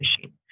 machine